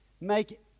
Make